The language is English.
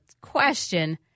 question